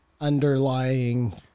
underlying